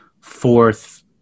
fourth